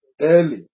Early